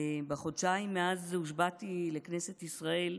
בחודשיים מאז שהושבעתי לכנסת ישראל,